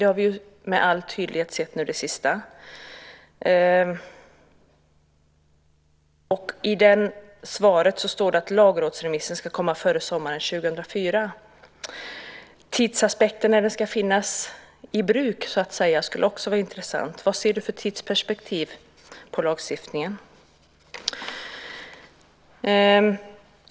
Det har vi sett med all tydlighet sett under den senaste tiden. I svaret står det att lagrådsremissen ska komma före sommaren 2004. Det skulle också vara intressant att höra något om tidsaspekten när den kan finnas i bruk. Vad ser du för tidsperspektiv när det gäller lagstiftningen?